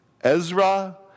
Ezra